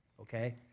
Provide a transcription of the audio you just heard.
Okay